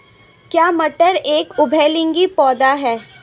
क्या मटर एक उभयलिंगी पौधा है?